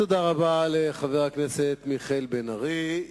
תודה רבה לחבר הכנסת מיכאל בן-ארי.